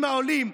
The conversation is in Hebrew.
עם העולים,